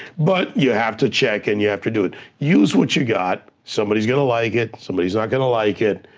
but you have to check and you have to do it. use what you got, somebody's gonna like it, somebody's not gonna like it.